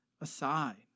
aside